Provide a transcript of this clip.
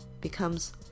becomes